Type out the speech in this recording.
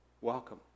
Welcome